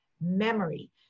memory